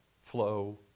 flow